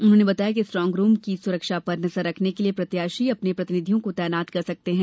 उन्होंने बताया कि स्ट्रांगरूम की सुरक्षा पर नजर रखने के लिए प्रत्याशी अपने प्रतिनिधियों को तैनात कर सकते हैं